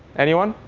anyone?